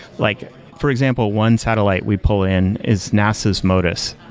like for example, one satellite we pull in is nasa's modis.